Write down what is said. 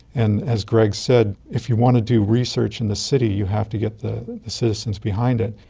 and as greg said, if you want to do research in the city you have to get the the citizens behind it.